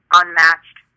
unmatched